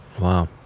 Wow